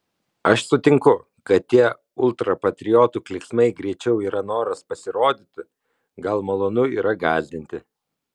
aš sutinku kad tie ultrapatriotų klyksmai greičiau yra noras pasirodyti gal malonu yra gąsdinti